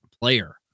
Player